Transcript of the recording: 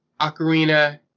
ocarina